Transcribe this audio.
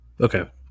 Okay